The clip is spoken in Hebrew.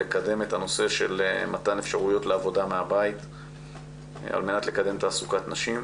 לקדם את הנושא של מתן אפשרויות לעבודה מהבית על מנת לקדם תעסוקת נשים,